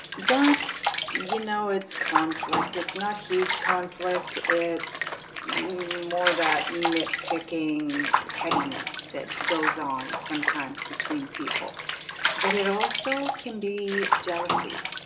that's you know, it's conflict it's not huge conflict it's more that nitpicking pettiness that goes on sometimes between people but it also can be jealousy,